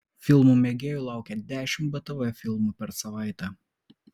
filmų mėgėjų laukia dešimt btv filmų per savaitę